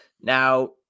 Now